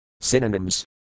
Synonyms